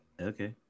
okay